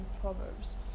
Proverbs